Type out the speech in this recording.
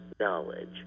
knowledge